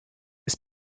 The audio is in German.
ist